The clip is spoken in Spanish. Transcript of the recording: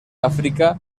áfrica